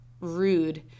rude